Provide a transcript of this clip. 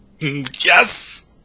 Yes